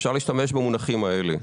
אפשר להשתמש במונחים האלה.